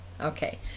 okay